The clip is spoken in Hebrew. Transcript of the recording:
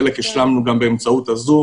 חלק השלמנו גם באמצעות הזום.